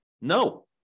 No